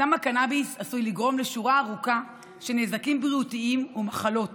סם הקנביס עשוי לגרום לשורה ארוכה של נזקים בריאותיים ומחלות